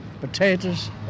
potatoes